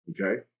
okay